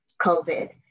COVID